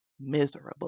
miserable